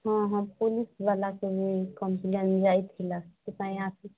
ହଁ ହଁ ପୋଲିସ୍ବାଲା ସେ କମ୍ପ୍ଲେନ୍ ଯାଇଥିଲା ସେଥିପାଇଁ ଆସି